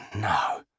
no